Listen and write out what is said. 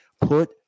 put